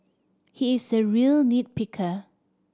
he is a real nit picker